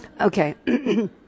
Okay